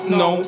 no